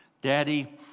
Daddy